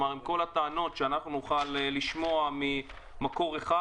כלומר כל הטענות שנוכל לשמוע ממקור אחד